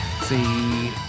See